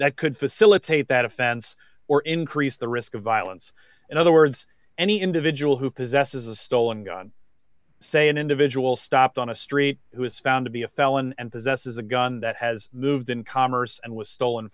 that could facilitate that offense or increase the risk of violence in other words any individual who possesses a stolen gun say an individual stopped on a street who is found to be a felon and possesses a gun that has moved in commerce and was stolen